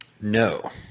no